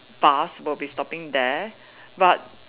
bus will be stopping there but